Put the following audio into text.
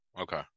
okay